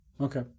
Okay